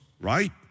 right